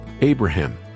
Abraham